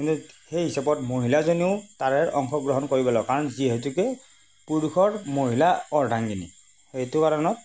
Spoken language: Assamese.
কিন্তু সেই হিচাপত মহিলাজনীয়েও তাৰে অংশগ্ৰহণ কৰিব লাগে কাৰণ যিহেতুকে পুৰুষৰ মহিলা অৰ্ধাংগিনী সেইটো কাৰণত